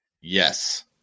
Yes